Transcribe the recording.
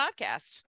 Podcast